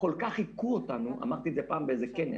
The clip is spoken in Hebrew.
כל כך היכו אותנו אמרתי זאת פעם באיזשהו כנס